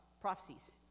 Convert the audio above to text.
prophecies